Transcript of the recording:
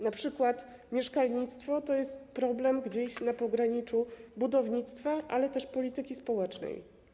Na przykład mieszkalnictwo to jest problem gdzieś na pograniczu budownictwa, ale też polityki społecznej.